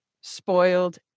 spoiled